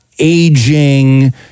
Aging